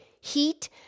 heat